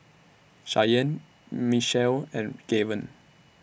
Shyanne Mechelle and Gaven